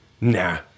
Nah